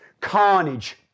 carnage